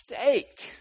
stake